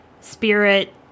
spirit